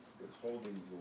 withholding